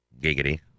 Giggity